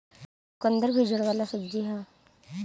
चुकंदर भी जड़ वाला सब्जी हअ